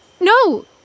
No